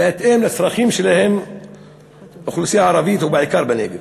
בהתאם לצרכים של האוכלוסייה הערבית, ובעיקר בנגב.